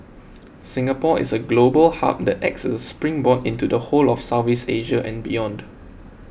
Singapore is a global hub that acts as a springboard into the whole of Southeast Asia and beyond